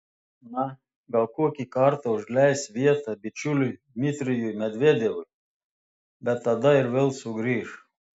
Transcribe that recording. na gal kokį kartą užleis vietą bičiuliui dmitrijui medvedevui bet tada ir vėl sugrįš